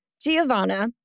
Giovanna